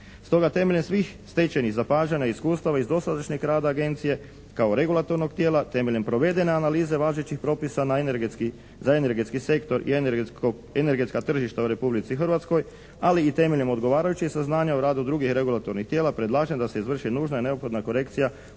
Stoga temeljem svih stečenih zapažanja i iskustava iz dosadašnjeg rada agencije kao regulatornog tijela temeljem provedene analize važećih propisa za energetski sektor i energetska tržišta u Republici Hrvatskoj ali i temeljem odgovarajućih saznanja o ragu drugih regulatornih tijela predlažem da se izvrši nužna i neophodna korekcija